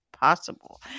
possible